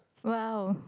!wow!